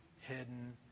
hidden